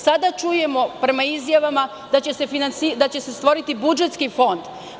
Sada čujemo, prema izjavama, da će se stvoriti budžetski fond.